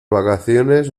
vacaciones